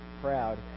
proud